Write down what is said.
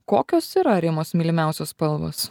kokios yra rimos mylimiausios spalvos